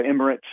Emirates